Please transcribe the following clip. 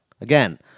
Again